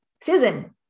Susan